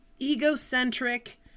egocentric